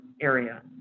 area